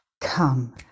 Come